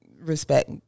respect